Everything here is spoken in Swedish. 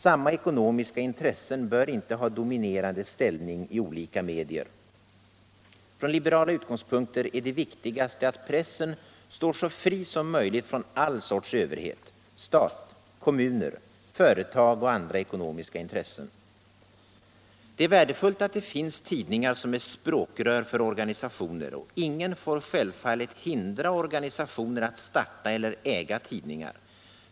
Samma ekonomiska intressen bör inte ha dominerande ställning i olika medier. Från liberala utgångspunkter är det viktigaste att pressen står så fri som möjligt från all sorts överhet: stat, kommuner, företag och andra ekonomiska intressen. Det är värdefullt att det finns tidningar som är språkrör för organisationer, och ingen får självfallet hindra organisationer att starta eller äga tidningar.